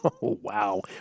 Wow